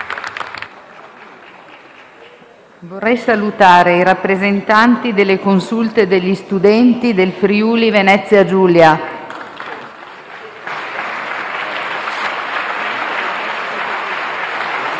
Vorrei salutare i rappresentanti delle Consulte degli studenti del Friuli-Venezia Giulia.